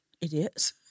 Idiots